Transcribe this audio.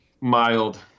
mild